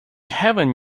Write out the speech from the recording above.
heaven